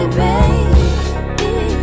baby